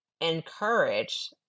encourage